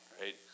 right